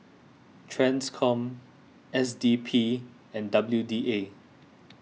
Transcom S D P and W D A